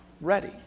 ready